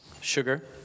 sugar